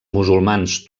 musulmans